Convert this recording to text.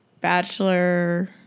Bachelor